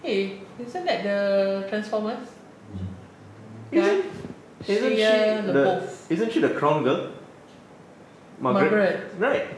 eh isn't that the transformers guy dia punya the most magaret